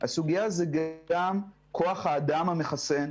הסוגיה היא גם כוח האדם המחסן.